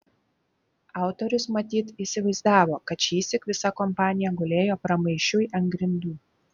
autorius matyt įsivaizdavo kad šįsyk visa kompanija gulėjo pramaišiui ant grindų